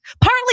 Partly